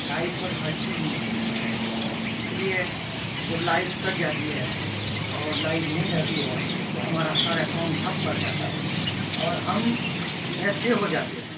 light پر ہر چیز منحصر ہے اس لیے جب لائٹ کٹ جاتی ہے اور لائٹ نہیں رہتی ہے تو ہمارا سارا کام ٹھپ پڑ جاتا ہے اور ہم نہتے ہو جاتے ہیں